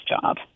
job